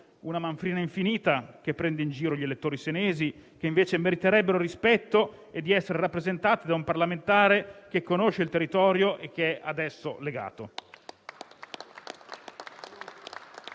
Una manfrina infinita, che prende in giro gli elettori senesi, che invece meriterebbero rispetto e di essere rappresentati da un parlamentare che conosca il territorio e che sia ad esso legato.